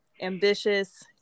ambitious